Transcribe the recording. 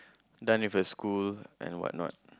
done with her school and what not